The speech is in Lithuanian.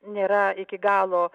nėra iki galo